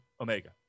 omega